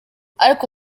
ariko